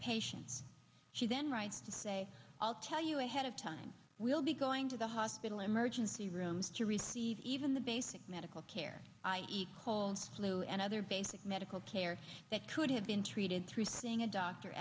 patients she then write and say i'll tell you ahead of time we'll be going to the hospital emergency rooms to receive even the basic medical care calls flu and other basic medical care that could have been treated through seeing a doctor